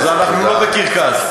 אנחנו לא בקרקס.